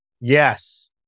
Yes